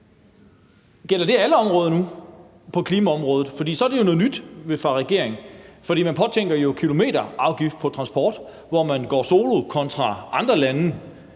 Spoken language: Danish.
gælder det alle områder på klimaområdet nu? Så er det noget nyt fra regeringen. For man påtænker jo en kilometerafgift på transport, hvor man går solo kontra andre lande.